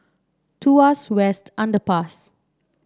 Tuas West Underpass